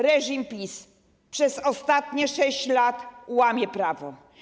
Reżim PiS przez ostatnie 6 lat łamie prawo.